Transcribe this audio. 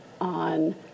on